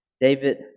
David